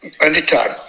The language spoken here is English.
anytime